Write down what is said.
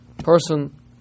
person